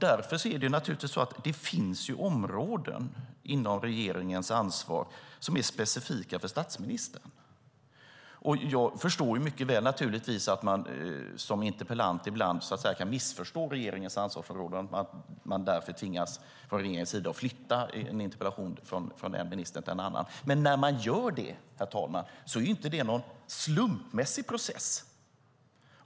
Det finns naturligtvis områden inom regeringens ansvar som är specifika för statsministern. Jag förstår mycket väl att interpellanter ibland kan missförstå regeringens ansvarsområden och att man därför från regeringens sida tvingas flytta en interpellation från en minister till en annan. Men när man gör det, herr talman, är det inte någon slumpmässig process.